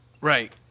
Right